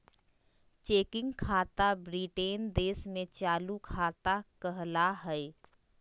checking खाता Britain देश में चालू खाता कहला हय